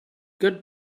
good